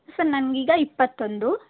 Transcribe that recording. sir ನಂಗೆ ಈಗ ಇಪ್ಪತ್ತೊಂದು